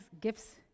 gifts